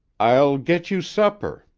i'll get you supper.